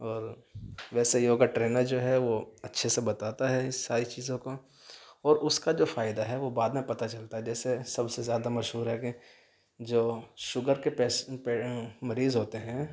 اور ویسے یوگا ٹرینر جو ہے وہ اچھے بتاتا ہے ساری چیزوں کو اور اس کا جو فائدہ ہے وہ بعد میں پتہ چلتا ہے جیسے سب سے زیادہ مشہور ہے کہ جو شوگر کے مریض ہوتے ہیں